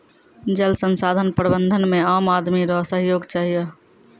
जल संसाधन प्रबंधन मे आम आदमी रो सहयोग चहियो